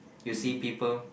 you see people